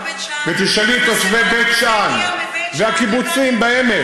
ותשאלי את יושבי בית שאן והקיבוצים בעמק